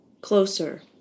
Closer